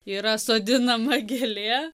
yra sodinama gėlė